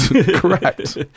Correct